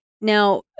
Now